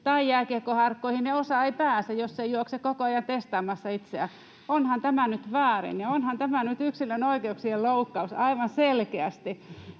tai jääkiekkoharkkoihin ja osa ei pääse, jos ei juokse koko ajan testaamassa itseään. Onhan tämä nyt väärin, ja onhan tämä nyt yksilön oikeuksien loukkaus aivan selkeästi.